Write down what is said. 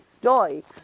story